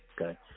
Okay